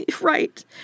right